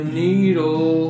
needle